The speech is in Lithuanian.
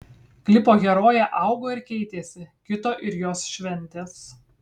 klipo herojė augo ir keitėsi kito ir jos šventės